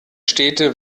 städte